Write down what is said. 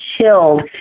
chilled